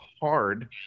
hard